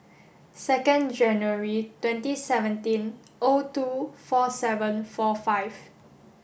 second January twenty seventeen O two four seven four five